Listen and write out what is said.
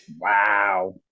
Wow